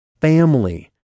family